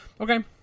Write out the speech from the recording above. Okay